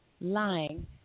lying